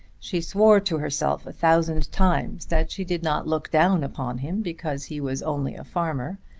she swore to herself a thousand times that she did not look down upon him because he was only a farmer,